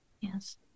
Yes